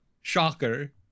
shocker